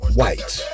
white